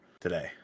today